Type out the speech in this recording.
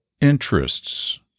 interests